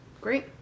Great